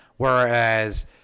Whereas